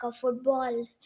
football